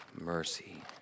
Mercy